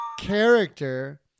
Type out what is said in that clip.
character